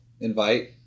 invite